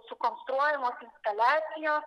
sukonstruojamos instaliacijos